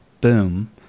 boom